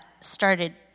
started